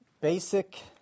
basic